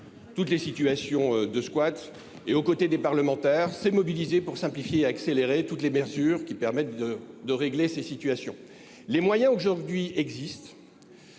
toutes les situations de squat. Aux côtés des parlementaires, il s’est mobilisé pour simplifier et accélérer l’ensemble des mesures qui permettent de régler ces situations. Les moyens existent